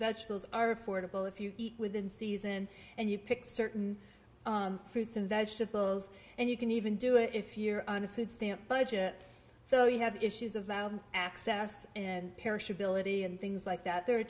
vegetables are affordable if you eat within season and you pick certain fruits and vegetables and you can even do it if you're on a food stamp budget so you have issues of access and parish ability and things like that there a